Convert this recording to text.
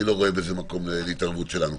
אני לא רואה בזה מקום להתערבות שלנו.